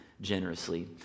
generously